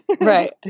Right